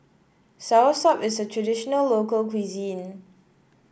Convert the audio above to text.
soursop is a traditional local cuisine